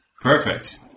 Perfect